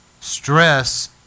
stress